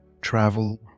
travel